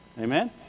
Amen